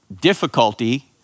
difficulty